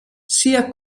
sia